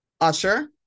Usher